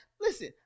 listen